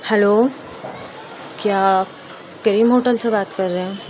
hello کیا Karim hotel سے بات کر رہے ہیں